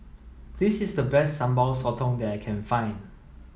this is the best Sambal Sotong that I can find